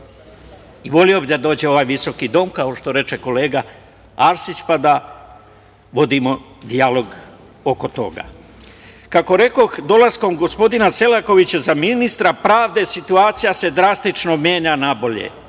i voleo bih da dođem u ovaj visoki dom, kao što reče kolega Arsić, pa da vodimo dijalog oko toga. Kako rekoh, dolaskom gospodina Selakovića za ministra pravde, situacija se drastično menja na bolje. To